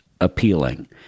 appealing